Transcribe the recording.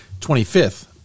25th